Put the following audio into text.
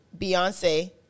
Beyonce